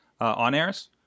on-airs